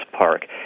park